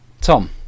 Tom